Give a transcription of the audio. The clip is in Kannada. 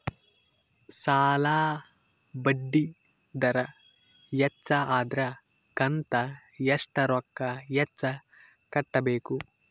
ಸಾಲಾ ಬಡ್ಡಿ ದರ ಹೆಚ್ಚ ಆದ್ರ ಕಂತ ಎಷ್ಟ ರೊಕ್ಕ ಹೆಚ್ಚ ಕಟ್ಟಬೇಕು?